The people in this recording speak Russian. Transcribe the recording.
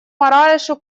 мораешу